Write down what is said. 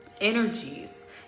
energies